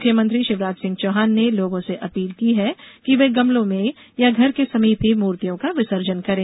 मुख्यमंत्री शिवराज सिंह चौहान ने लोगों से अपील की है कि वे गमलों में या घर के समीप ही मूर्तियों का विसर्जन करें